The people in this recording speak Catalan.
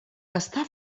està